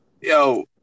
Yo